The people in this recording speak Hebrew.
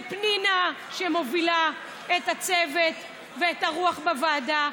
לפנינה, שמובילה את הצוות ואת הרוח בוועדה,